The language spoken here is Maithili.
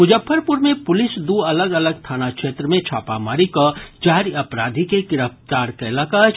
मुजफ्फरपुर मे पुलिस दू अलग अलग थाना क्षेत्र मे छापामारी कऽ चारि अपराधी के गिरफ्तार कयलक अछि